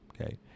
okay